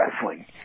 wrestling